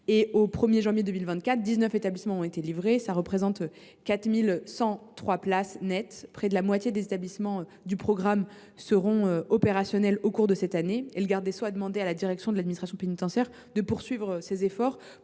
Au 1 janvier 2024, dix neuf établissements ont été livrés. Cela représente 4 103 places nettes. Près de la moitié des établissements du programme seront opérationnels au cours de cette année. Le garde des sceaux a demandé à la direction de l’administration pénitentiaire d’accélérer les transferts